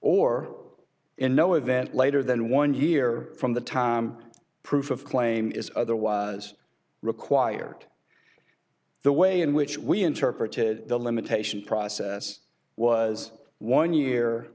or in no event later than one year from the time proof of claim is otherwise required the way in which we interpreted the limitation process was one year